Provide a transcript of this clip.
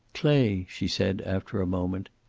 clay, she said, after a moment,